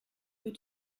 veux